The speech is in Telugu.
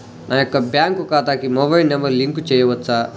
నా యొక్క బ్యాంక్ ఖాతాకి మొబైల్ నంబర్ లింక్ చేయవచ్చా?